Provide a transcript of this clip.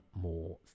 more